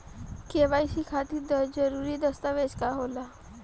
KYC खातिर जरूरी दस्तावेज का का होला?